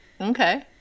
Okay